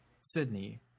Sydney